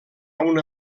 una